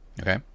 Okay